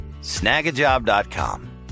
snagajob.com